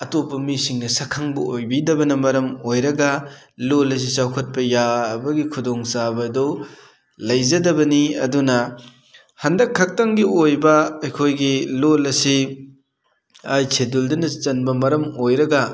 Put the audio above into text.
ꯑꯇꯣꯞꯄ ꯃꯤꯁꯤꯡꯅ ꯁꯛꯈꯪꯕ ꯑꯣꯏꯕꯤꯗꯕꯅ ꯃꯔꯝ ꯑꯣꯏꯔꯒ ꯂꯣꯜ ꯑꯁꯤ ꯆꯥꯎꯈꯠꯄ ꯌꯥꯕꯒꯤ ꯈꯨꯗꯣꯡꯆꯥꯕ ꯑꯗꯨ ꯂꯩꯖꯗꯕꯅꯤ ꯑꯗꯨꯅ ꯍꯟꯗꯛꯈꯛꯇꯪꯒꯤ ꯑꯣꯏꯕ ꯑꯩꯈꯣꯏꯒꯤ ꯂꯣꯜ ꯑꯁꯤ ꯑꯥꯏꯠ ꯁꯦꯗꯨꯜꯗꯅ ꯆꯟꯕ ꯃꯔꯝ ꯑꯣꯏꯔꯒ